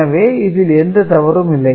எனவே இதில் எந்த தவறும் இல்லை